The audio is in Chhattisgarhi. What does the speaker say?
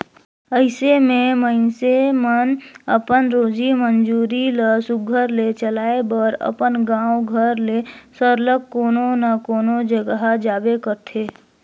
अइसे में मइनसे मन अपन रोजी मंजूरी ल सुग्घर ले चलाए बर अपन गाँव घर ले सरलग कोनो न कोनो जगहा जाबे करथे